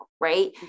right